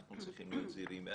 אנחנו צריכים להיות זהירים.